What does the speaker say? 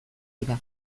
dira